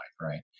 Right